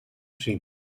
cinc